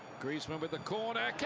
griezmann with the corner